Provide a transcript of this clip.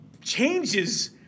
changes